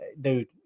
dude